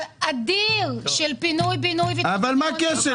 פוטנציאל אדיר של פינוי בינוי --- אבל מה הקשר?